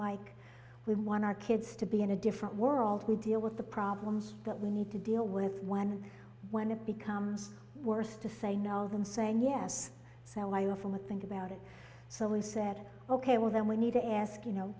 like when one our kids to be in a different world we deal with the problems that we need to deal with one when it becomes worse to say no than saying yes so i often with think about it so we said ok well then we need to ask you know